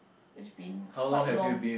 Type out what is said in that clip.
it's been quite long